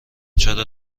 چرا